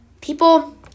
People